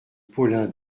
paulin